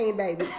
baby